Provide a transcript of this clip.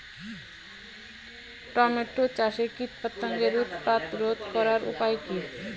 Tomato চাষে কীটপতঙ্গের উৎপাত রোধ করার উপায় কী?